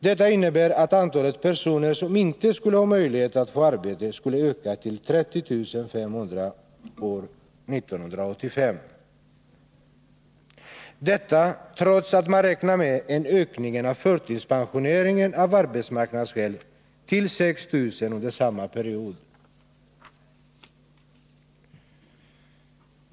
Detta innebär att antalet personer som inte skulle ha möjlighet att få arbete skulle öka till 30 500 år 1985 — trots att man räknar med en ökning av antalet förtidspensionerade av arbetsmarknadsskäl till 6 000 under samma period.